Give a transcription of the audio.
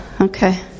okay